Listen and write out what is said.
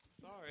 Sorry